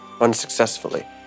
Unsuccessfully